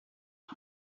lot